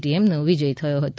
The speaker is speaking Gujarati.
ટીમનો વિજય થયો હતો